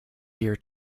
dear